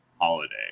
holiday